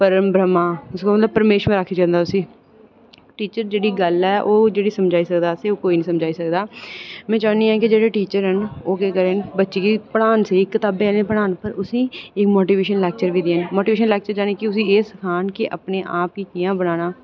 परम ब्रह्मा मतलब परमेश्वर आक्खेआ जंदा उसी टीचर जेह्ड़ी गल्ल ऐ ओह् समझाई सकदा होर कोई निं समझाई सकदा असेंगी में चाह्न्नी आं कि जेह्ड़े टीचर न ओह् करन जेह्ड़े बच्चें गी पढ़ान स्हेई पर कताबें आह्ला पढ़ान ते एह् मोटिवेशन लेक्चर बी देन मोटिवेशन मतलब कि एह् सनान कि अपने आप गी कियां बनाना